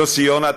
יוסי יונה,